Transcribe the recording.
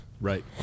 Right